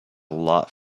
lot